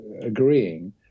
agreeing